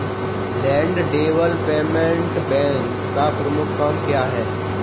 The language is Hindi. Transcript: लैंड डेवलपमेंट बैंक का प्रमुख काम क्या है?